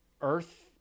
earth